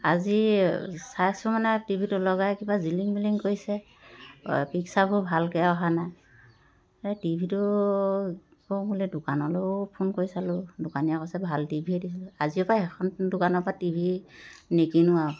আজি চাইছোঁ মানে টি ভিটো লগাই কিবা জিলিং মিলিং কৰিছে পিক্সাৰবোৰ ভালকৈ অহা নাই এই টি ভিটো কি কৰোঁ বুলি দোকানলৈয়ো ফোন কৰিছিলোঁ দোকানীয়ে কৈছে ভাল টি ভিয়ে দিছিলোঁ আজিৰপৰা সেইখন দোকানৰপৰা টি ভি নিকিনোঁ আৰু